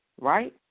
right